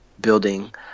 building